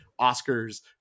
Oscars